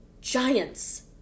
Giants